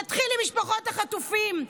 נתחיל עם משפחות החטופים,